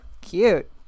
cute